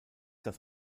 das